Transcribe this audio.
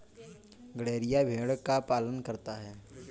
गड़ेरिया भेड़ का पालन करता है